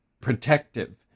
protective